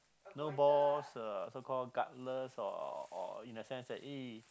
no balls uh so call gutless or or in the sense that uh